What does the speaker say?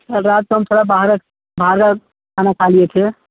कल रात को हम थोड़ा बाहर बाहर का खाना खा लिए थे